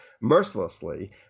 mercilessly